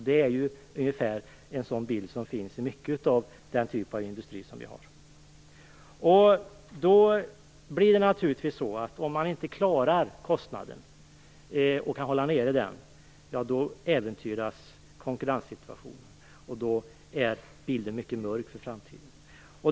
Bilden är ungefär densamma som i mycket av den här typen av industri. Om man inte klarar av att hålla kostnaderna nere äventyras konkurrenssituationen. Då är bilden mycket mörk för framtiden.